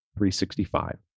365